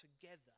together